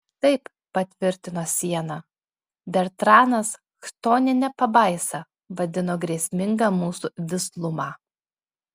taip patvirtino siena bertranas chtonine pabaisa vadino grėsmingą mūsų vislumą